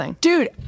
dude